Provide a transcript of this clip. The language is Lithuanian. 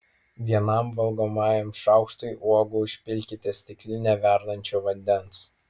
vienam valgomajam šaukštui uogų užpilkite stiklinę verdančio vandens